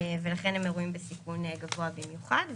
ולכן הם אירועים בסיכון גבוה במיוחד.